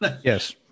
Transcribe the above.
Yes